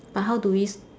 but how do we